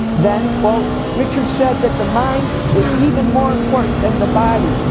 then, quote, richard said that the mind was even more important than the body,